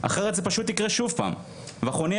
אחרת זה פשוט יקרה שוב פעם ואנחנו נהיה